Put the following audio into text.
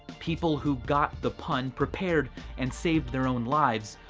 people who got the pun prepared and saved their own lives,